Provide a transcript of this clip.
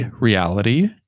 reality